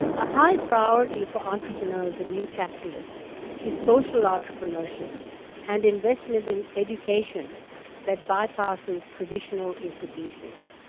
a high priority for entrepreneurs and new capitalists is social entrepreneurship and investment in education that bypasses traditional institutions.